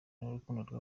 n’urukundo